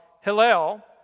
Hillel